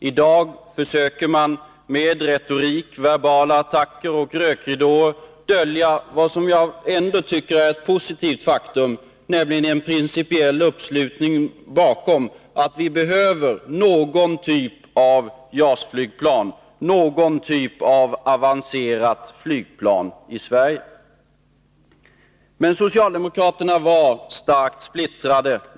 I dag försöker man med retorik, verbala attacker och rökridåer dölja något som jag ändå tycker är ett positivt faktum, nämligen en principiell uppslutning bakom ståndpunkten att vi i Sverige behöver någon typ av JAS-flygplan, någon typ av avancerat flygplan. 1972 var socialdemokraterna starkt splittrade.